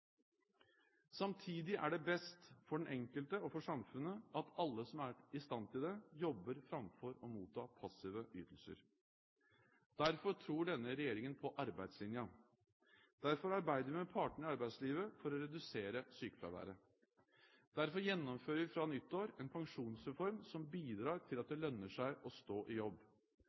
Samtidig er det best for den enkelte og for samfunnet at alle som er i stand til det, jobber framfor å motta passive ytelser. Derfor tror denne regjeringen på arbeidslinjen: Derfor arbeider vi med partene i arbeidslivet for å redusere sykefraværet. Derfor gjennomfører vi fra nyttår en pensjonsreform som bidrar til at det lønner seg å stå i jobb.